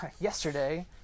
yesterday